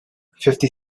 fifty